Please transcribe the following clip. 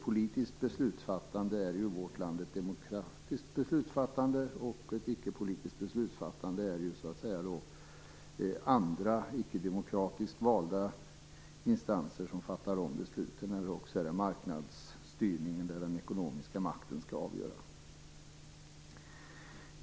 Politiskt beslutsfattande är ju i vårt land ett demokratiskt beslutsfattande, och vid ett icke-politiskt beslutsfattande är det då andra, icke demokratiskt valda instanser som fattar besluten, eller också är det fråga om marknadsstyrning och att den ekonomiska makten skall avgöra.